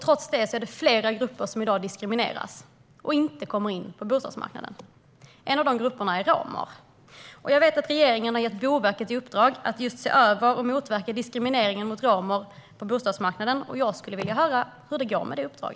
Trots detta är det flera grupper som i dag diskrimineras och inte kommer in på bostadsmarknaden. En av dessa grupper är romerna. Jag vet att regeringen har gett Boverket i uppdrag att se över och motverka diskriminering av romer på bostadsmarknaden. Jag skulle vilja höra hur det går med detta uppdrag.